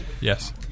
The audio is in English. Yes